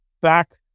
back